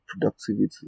productivity